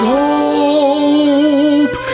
hope